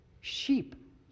sheep